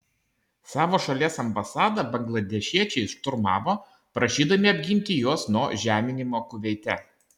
savo šalies ambasadą bangladešiečiai šturmavo prašydami apginti juos nuo žeminimo kuveite